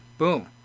boom